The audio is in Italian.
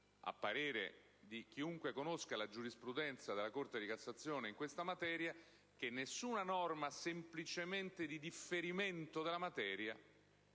a parere di chiunque conosca la giurisprudenza della Corte di cassazione in questa materia, che nessuna norma di mero differimento della materia